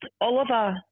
Oliver